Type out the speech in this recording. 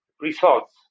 Results